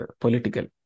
political